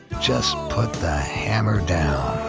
just put the hammer down.